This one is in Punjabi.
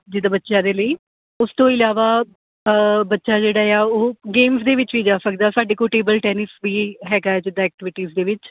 ਜਿੱਦਾਂ ਬੱਚਿਆਂ ਦੇ ਲਈ ਉਸ ਤੋਂ ਇਲਾਵਾ ਬੱਚਾ ਜਿਹੜਾ ਹੈ ਉਹ ਗੇਮਸ ਦੇ ਵਿੱਚ ਵੀ ਜਾ ਸਕਦਾ ਸਾਡੇ ਕੋਲ ਟੇਬਲ ਟੈਨਿਸ ਵੀ ਹੈਗਾ ਜਿੱਦਾਂ ਐਕਟੀਵਿਟੀਜ਼ ਦੇ ਵਿੱਚ